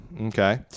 okay